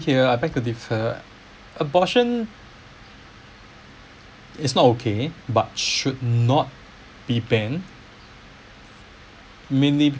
here I beg to differ abortion it's not okay but should not be banned mainly